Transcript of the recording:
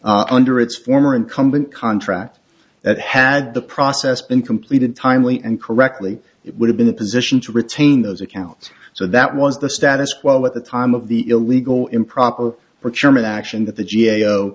s under its former incumbent contract that had the process been completed timely and correctly it would have been a position to retain those accounts so that was the status quo at the time of the illegal improper for chairman action that the g a o